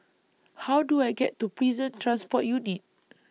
How Do I get to Prison Transport Unit